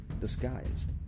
disguised